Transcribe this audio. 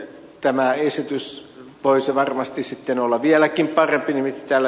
tämä esitys voisi varmasti olla vieläkin parempi mihin ed